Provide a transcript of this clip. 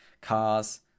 Cars